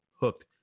Hooked